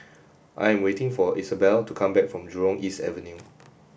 I am waiting for Isabelle to come back from Jurong East Avenue